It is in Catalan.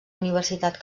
universitat